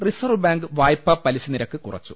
reserve bank വായ്പാ പലിശ നിരക്ക് കുറച്ചു